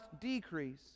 decrease